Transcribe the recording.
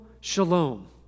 shalom